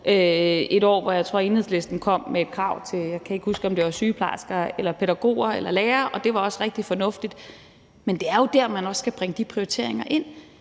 jeg kan ikke huske, om det var sygeplejersker, pædagoger eller lærere, og det var også rigtig fornuftigt. Men det er jo der, man også skal bringe de prioriteringer ind